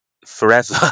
forever